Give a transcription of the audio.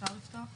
אפשר לפתוח אותו?